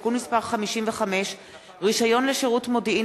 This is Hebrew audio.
(תיקון מס' 55) (רשיון לשירות מודיעין),